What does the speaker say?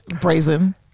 brazen